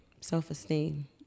self-esteem